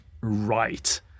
right